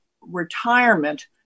retirement